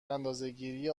اندازهگیری